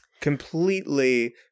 completely